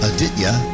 Aditya